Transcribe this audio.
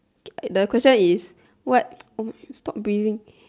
the question is what !oi! stop breathing